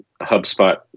HubSpot